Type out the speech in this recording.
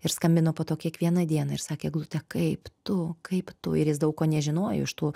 ir skambino po to kiekvieną dieną ir sakė eglute kaip tu kaip tu ir jis daug ko nežinojo iš tų